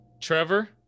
Trevor